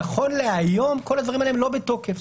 נכון להיום כל הדברים האלה לא בתוקף.